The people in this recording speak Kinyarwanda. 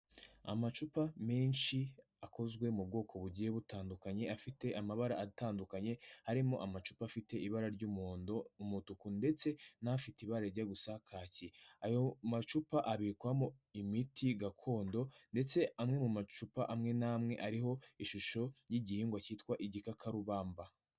Amacupa menshi akozwe mu bwoko bugiye butandukanye, afite amabara atandukanye, harimo amacupa afite ibara ry'umuhondo, umutuku ndetse n'afite ibara rijya gusa kaki, ayo macupa abikwamo imiti gakondo ndetse amwe mu macupa amwe n'amwe ariho ishusho y'igihingwa cyitwa igikakarubamba.